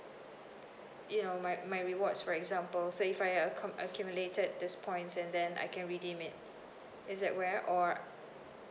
you know my my rewards for example so if I uh acc~ accumulated this points and then I can redeem it is that where or